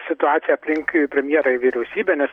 situaciją aplink premjerą ir vyriausybę ne